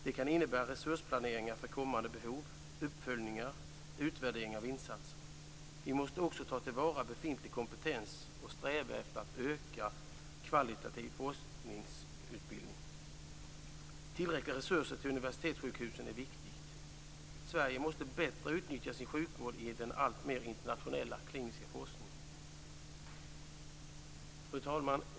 Det kan innebära resursplaneringar för kommande behov, uppföljningar och utvärderingar av insatser. Vi måste också ta till vara befintlig kompetens och sträva efter att öka den kvalitativa forskningsutbildningen. Tillräckliga resurser till universitetssjukhusen är viktigt. Sverige måste bättre utnyttja sin sjukvård i den alltmer internationella kliniska forskningen. Fru talman!